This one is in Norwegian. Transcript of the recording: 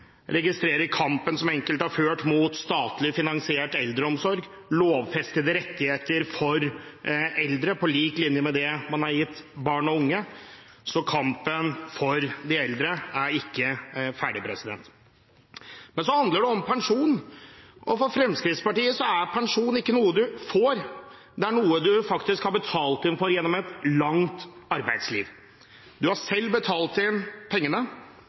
registrerer kampen som enkelte har ført mot statlig finansiert eldreomsorg, lovfestede rettigheter for eldre, på lik linje med det man har gitt barn og unge. Så kampen for de eldre er ikke ferdig. Men så handler det om pensjon, og for Fremskrittspartiet er pensjon ikke noe man får, det er noe man faktisk har betalt for gjennom et langt arbeidsliv. Man har selv betalt inn pengene,